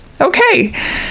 okay